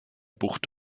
bucht